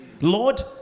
lord